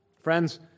friends